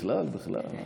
בכלל, בכלל,